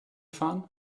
fahren